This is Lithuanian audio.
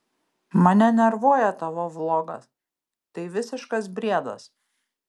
mane nervuoja tavo vlogas tai visiškas briedas